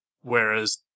whereas